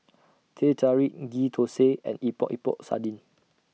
Teh Tarik Ghee Thosai and Epok Epok Sardin